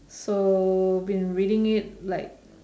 so been reading it like